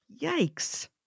Yikes